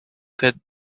could